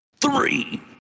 three